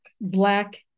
black